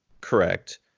correct